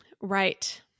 right